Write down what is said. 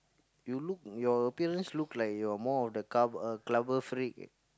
you look your appearance look like you're more of the c~ uh clubber freak